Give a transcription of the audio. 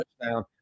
touchdown